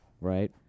right